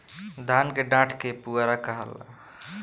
धान के डाठ के पुआरा कहाला